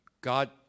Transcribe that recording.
God